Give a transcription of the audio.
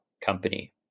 company